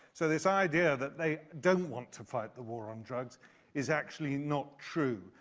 so this idea that they don't want to fight the war on drugs is actually not true.